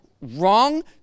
wrong